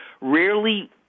rarely